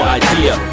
idea